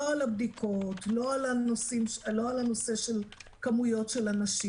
לא על הבדיקות, לא על הנושא של כמויות של אנשים.